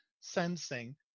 sensing